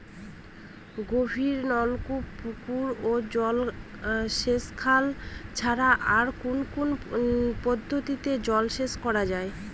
গভীরনলকূপ পুকুর ও সেচখাল ছাড়া আর কোন কোন পদ্ধতিতে জলসেচ করা যায়?